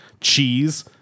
cheese